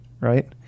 right